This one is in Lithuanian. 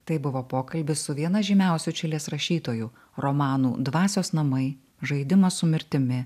tai buvo pokalbis su viena žymiausių čilės rašytojų romanų dvasios namai žaidimas su mirtimi